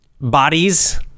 bodies